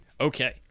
Okay